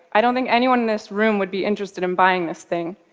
i don't think anyone in this room would be interested in buying this thing,